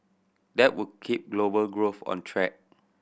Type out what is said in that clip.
that would keep global growth on track